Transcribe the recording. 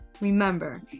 Remember